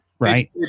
Right